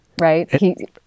right